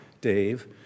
Dave